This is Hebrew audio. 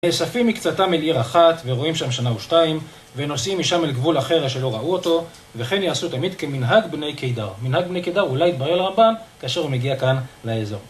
נאספים מקצתם אל עיר אחת, ורועים שם שנה או שתיים, ונוסעים משם אל גבול אחר אשר לא ראו אותו, וכן יעשו תמיד כמנהג בני קידר. מנהג בני קידר אולי יתברר לרמב"ם כאשר הוא מגיע כאן לאזור